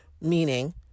meaning